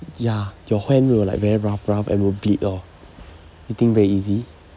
ya your hand will like very rough rough and will bleed lor you think very easy